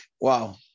wow